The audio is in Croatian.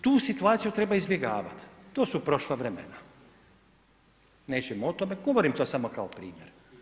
Tu situaciju treba izbjegavati, to su prošla imena, nećemo o tome, govorim to samo kao primjer.